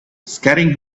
scaring